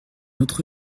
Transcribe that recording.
autre